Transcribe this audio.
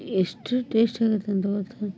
ಎಷ್ಟು ಟೇಸ್ಟ್ ಆಗುತ್ತೆ ಅಂತ ಗೊತ್ತಾ